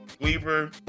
Weaver